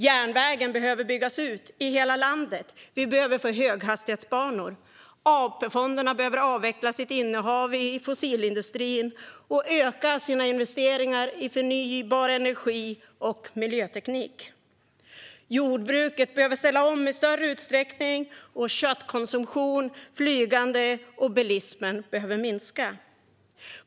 Järnvägen behöver byggas ut i hela landet. Vi behöver få höghastighetsbanor. AP-fonderna behöver avveckla sitt innehav i fossilindustrin och öka sina investeringar i förnybar energi och miljöteknik. Jordbruket behöver ställa om i större utsträckning, och köttkonsumtionen, flygandet och bilismen behöver minska.